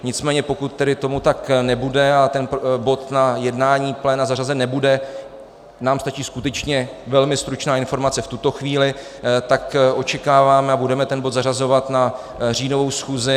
Nicméně pokud tedy tomu tak nebude a tento bod na jednání pléna zařazen nebude, nám stačí skutečně velmi stručná informace v tuto chvíli, tak očekáváme a budeme ten bod zařazovat na říjnovou schůzi.